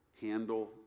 handle